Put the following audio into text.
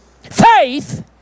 Faith